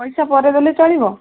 ପଇସା ପରେ ଦେଲେ ଚଳିବ